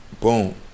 Boom